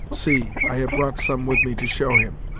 see i have brought some with me to show him.